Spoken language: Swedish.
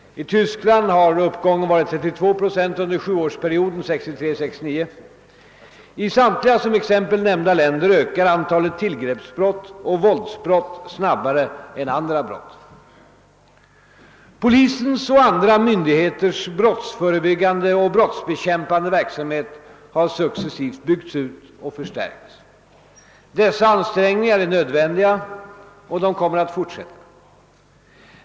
I Tyskland har uppgången varit 32 procent under sjuårsperioden 1963—1969. I samtliga som exempel nämnda länder ökar antalet tillgreppsbrott och våldsbrott snabbare än andra brott. Polisens och andra myndigheters brottsförebyggande och brottsbekämpande verksamhet har successivt byggts ut och förstärkts. Dessa ansträngningar är nödvändiga, och de kommer att fortsätta.